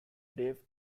dave